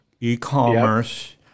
e-commerce